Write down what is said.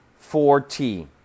4T